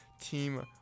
team